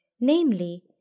Namely